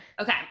okay